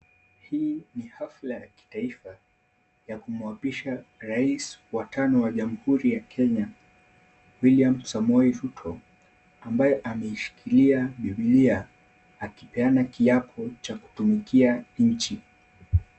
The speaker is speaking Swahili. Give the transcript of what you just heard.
Hii ni hafla ya kitaifa ya kumuapisha rais wa tano wa jamhuri ya Kenya William Samoei Ruto ambaye ameishikilia biblia akipeana kiapo cha kutumikia nchi.